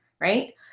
right